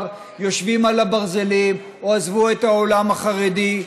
יושבים על הברזלים או עזבו את העולם החרדי,